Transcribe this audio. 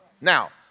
Now